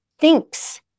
thinks